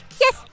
Yes